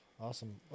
Awesome